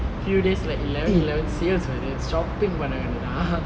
few days like eleven eleven sales shopping